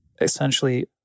essentially